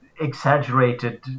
exaggerated